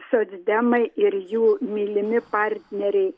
socdemai ir jų mylimi partneriai